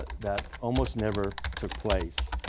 that almost never took place.